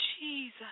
Jesus